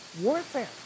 warfare